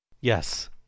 Yes